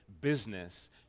business